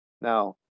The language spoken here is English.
Now